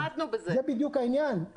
זה בדיוק העניין.